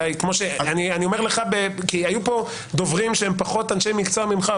אני אומר לך כי היו פה דוברים שהם פחות אנשי מקצוע ממך,